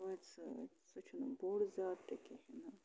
ٲدۍ سۭتۍ سُہ چھُنہٕ بوٚڈ زیادٕ تہِ کِہیٖنۍ نہٕ